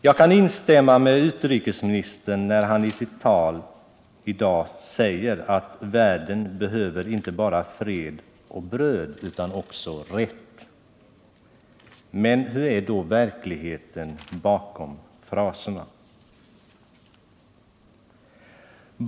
Jag kan instämma med utrikesministern när han i sitt tal säger att världen inte behöver bara fred och bröd, utan också rätt. Men vilken är då verkligheten bakom fraserna?